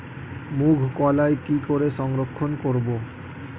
মুঘ কলাই কি করে সংরক্ষণ করব?